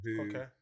Okay